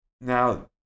Now